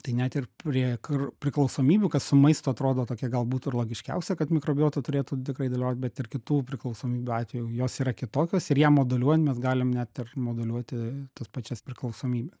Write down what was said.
tai net ir prie kr priklausomybių kad su maistu atrodo tokia galbūt ir logiškiausia kad mikrobiota turėtų tikrai dalyvaut bet ir kitų priklausomybių atveju jos yra kitokios ir ją moduliuojant mes galim net ir moduliuoti tas pačias priklausomybes